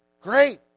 Great